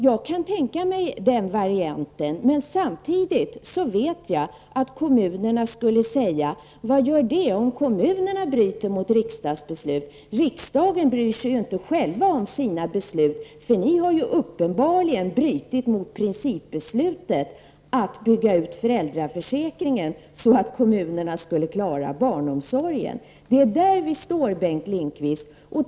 Jag kan tänka mig den varianten, men jag vet samtidigt att kommunerna skulle säga: Vad gör det om kommunerna bryter mot riksdagsbeslut när ni i riksdagen själva inte bryr er om era beslut? Ni har ju uppenbarligen brutit mot principbeslutet att bygga ut föräldraförsäkringen så att kommunerna på det sättet skulle klara av barnomsorgen. Det är där vi står, Bengt Lindqvist.